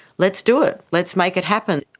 let's do it, let's make it happen.